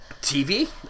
TV